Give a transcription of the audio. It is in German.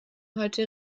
heute